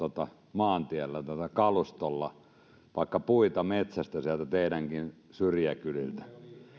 maantiellä kalustolla vaikka puita metsästä sieltä teidänkin syrjäkyliltä